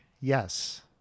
yes